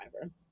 driver